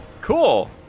Cool